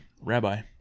rabbi